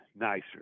nicer